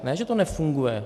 Ne že to nefunguje!